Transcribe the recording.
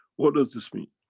what does this mean?